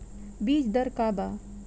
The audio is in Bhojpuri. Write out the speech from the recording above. बीज दर का वा?